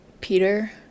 Peter